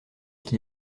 qui